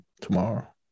tomorrow